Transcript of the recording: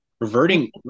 Reverting